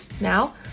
Now